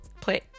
play